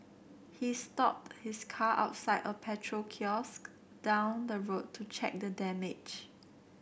he stopped his car outside a petrol kiosk down the road to check the damage